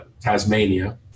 Tasmania